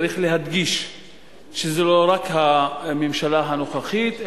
צריך להדגיש שזה לא רק הממשלה הנוכחית,